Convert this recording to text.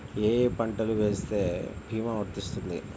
ఏ ఏ పంటలు వేస్తే భీమా వర్తిస్తుంది?